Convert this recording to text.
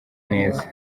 neza